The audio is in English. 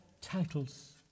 titles